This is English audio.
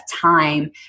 time